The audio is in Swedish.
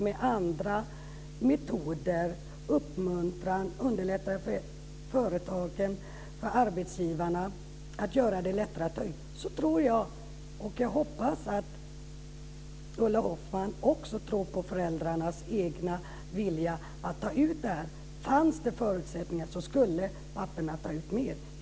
Med andra metoder, genom uppmuntran och genom att underlätta för företagen och arbetsgivarna att göra det lättare att ta ut föräldraledighet, så tror jag på föräldrarnas egna vilja, och jag hoppas att Ulla Hoffmann också gör det, att ta ut föräldraledighet. Om det fanns förutsättningar skulle papporna ta ut mer ledighet.